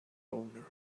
owner